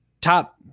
top